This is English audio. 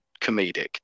comedic